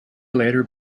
later